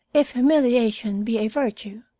if humiliation be a virtue